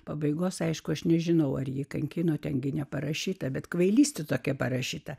pabaigos aišku aš nežinau ar jį kankino ten neparašyta bet kvailystė tokia parašyta